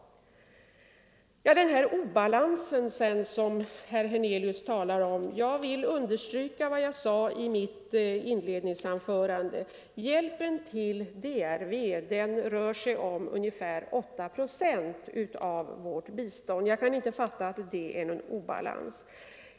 Herr Hernelius talade vidare om obalans. Jag vill understryka vad jag sade i mitt inledningsanförande: Hjälpen till DRV uppgår till ungefär 8 procent av vårt totala bistånd. Jag kan inte förstå att det innebär någon obalans.